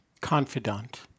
Confidant